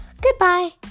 Goodbye